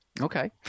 Okay